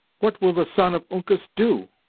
what will the son of uncas do?